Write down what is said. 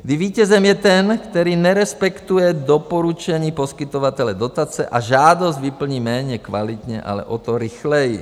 Kdy vítězem je ten, který nerespektuje doporučení poskytovatele dotace a žádost vyplní méně kvalitně, ale o to rychleji.